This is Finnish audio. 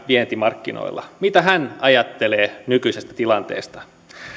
vientimarkkinoilla mitä hän ajattelee nykyisestä tilanteesta